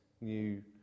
new